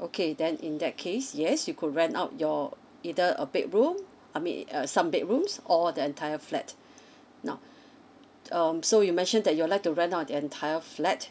okay then in that case yes you could rent out your either a bedroom I mean uh some bedrooms or the entire flat now um so you mentioned that you'd like to rent out the entire flat